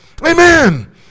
Amen